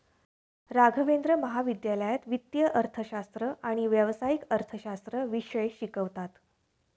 राघवेंद्र महाविद्यालयात वित्तीय अर्थशास्त्र आणि व्यावसायिक अर्थशास्त्र विषय शिकवतात